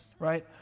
Right